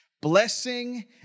blessing